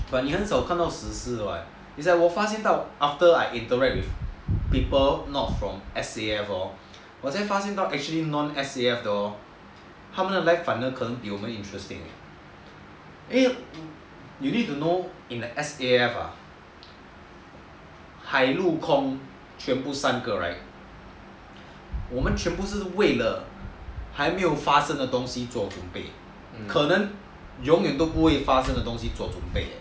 but 你很少看到死尸的 [what] is like 我发现到 after I interact with people not from S_A_F hor 我才发现到 actually non S_A_F 的 hor 他们的 life 反而比我们的更 interesting eh 因为 you need to know in the S_A_F ah 海路空全部三个 right 我们全部是为了还没有发生的东西做准备可能永远不会发生的东西做准备